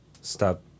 Stop